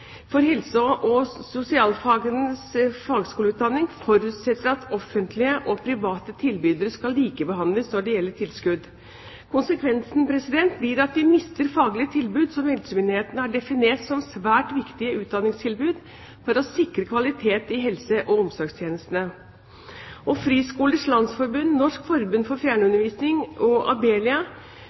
for helse- og sosialfagenes fagskoleutdanning forutsetter at offentlige og private tilbydere skal likebehandles når det gjelder tilskudd. Konsekvensen blir at vi mister faglige tilbud som helsemyndighetene har definert som svært viktige utdanningstilbud for å sikre kvaliteten i helse- og omsorgstjenestene. Friskolers Landsforbund, Norsk forbund for fjernundervisning og fleksibel utdanning og Abelia